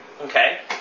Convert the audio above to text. Okay